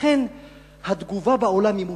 ולכן התגובה בעולם היא מוצדקת.